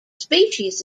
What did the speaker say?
species